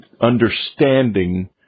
understanding